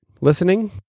listening